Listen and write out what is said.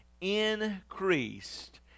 increased